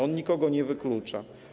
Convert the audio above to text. On nikogo nie wyklucza.